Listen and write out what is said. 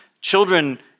Children